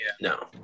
no